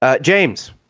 James